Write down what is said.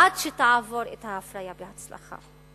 עד שתעבור את ההפריה בהצלחה.